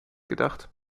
gedacht